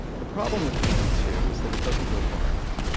the problem with plan two is that it doesn't go far enough.